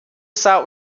sah